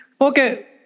Okay